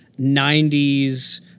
90s